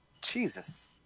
Jesus